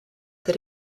that